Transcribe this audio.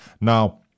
Now